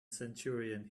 centurion